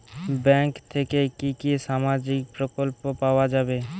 Bank থেকে কি কি সামাজিক প্রকল্প পাওয়া যাবে?